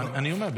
אני אומר,